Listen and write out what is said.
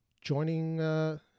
joining